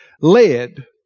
led